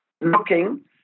looking